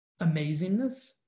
amazingness